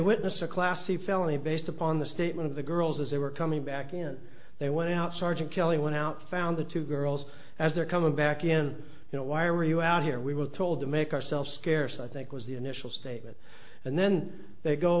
witness a classy felony based upon the statement of the girls as they were coming back in they went out sergeant kelly went out found the two girls as they're coming back in you know why are you out here we were told to make ourselves scarce i think was the initial statement and then they go